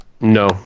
No